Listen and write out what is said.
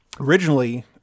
Originally